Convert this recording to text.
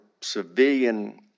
civilian